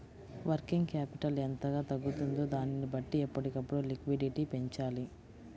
working capital ఎంతగా తగ్గుతుందో దానిని బట్టి ఎప్పటికప్పుడు లిక్విడిటీ పెంచాలి